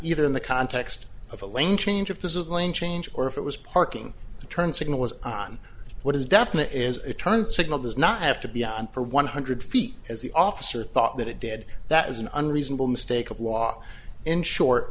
either in the context of a lane change if this is lane change or if it was parking the turn signal was on what is definite is a turn signal does not have to be on for one hundred feet as the officer thought that it did that is an unreasonable mistake of law in short